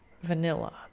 vanilla